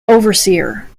overseer